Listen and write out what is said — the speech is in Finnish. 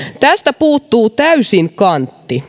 tästä puuttuu täysin kantti